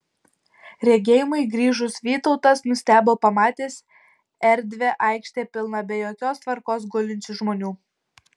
regėjimui grįžus vytautas nustebo pamatęs erdvią aikštę pilną be jokios tvarkos gulinčių žmonių